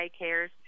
daycares